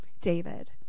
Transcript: David